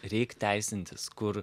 reik teisintis kur